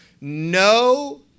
no